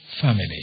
family